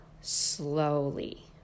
slowly